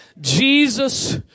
Jesus